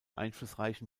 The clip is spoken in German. einflussreichen